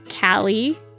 Callie